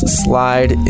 slide